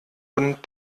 und